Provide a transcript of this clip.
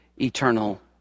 eternal